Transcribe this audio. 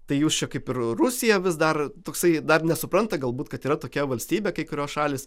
tai jūs čia kaip ir rusija vis dar toksai dar nesupranta galbūt kad yra tokia valstybė kai kurios šalys